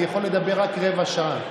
אני יכול לדבר רק רבע שעה.